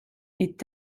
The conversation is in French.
est